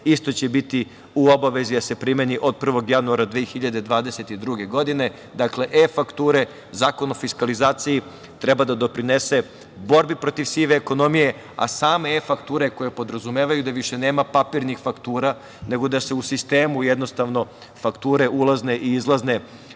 Isto će biti u obavezi da se primeni od 1. januara 2022. godine. Dakle, e-fakture, Zakon o fiskalizaciji treba da doprinese borbi protiv sive ekonomije, a same e-fakture koje podrazumevaju da više nema papirnih faktura, nego da se u sistemu jednostavno fakture ulazne i izlazne